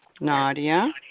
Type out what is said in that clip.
Nadia